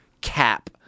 cap